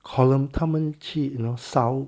column 他们去 you know 烧